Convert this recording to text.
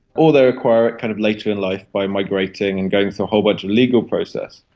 or they acquire it kind of later in life by migrating and going through a whole bunch of legal process.